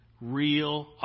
real